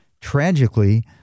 tragically